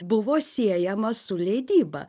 buvo siejamas su leidyba